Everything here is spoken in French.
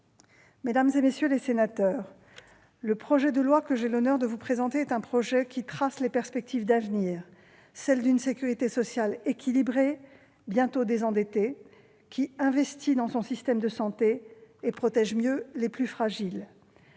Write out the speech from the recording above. Mesdames, messieurs les sénateurs, le projet de loi que j'ai l'honneur de vous présenter est un texte qui trace des perspectives d'avenir, celles d'une sécurité sociale équilibrée, bientôt désendettée, qui investit dans son système de santé et protège mieux les plus fragiles.